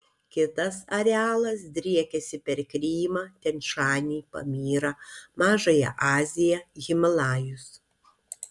kitas arealas driekiasi per krymą tian šanį pamyrą mažąją aziją himalajus